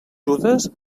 judes